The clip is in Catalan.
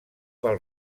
pel